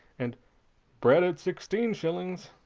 and bread at sixteen schillings.